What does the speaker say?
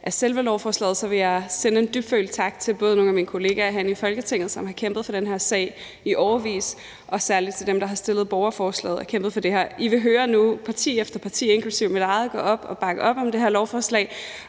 med selve lovforslaget, vil jeg sende en dybfølt tak både til nogle af mine kollegaer herinde i Folketinget, som har kæmpet for den her sag i årevis, og særlig til dem, der har stillet borgerforslaget og kæmpet for det her. I vil nu høre parti efter parti inklusive mit eget gå op at bakke op om det her lovforslag